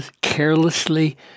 carelessly